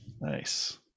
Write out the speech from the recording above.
nice